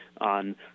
on